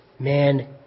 Man